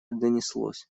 донеслось